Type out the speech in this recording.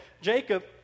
Jacob